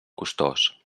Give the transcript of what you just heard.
costós